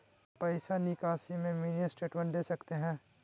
पैसा निकासी में मिनी स्टेटमेंट दे सकते हैं?